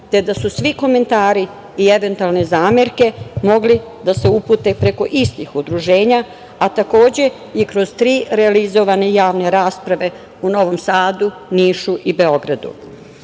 te da su svi komentari i eventualne zamerke mogli da se upute preko istih udruženja, a takođe i kroz tri realizovane javne rasprave u Novom Sadu, Nišu i Beogradu. Na